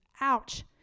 Ouch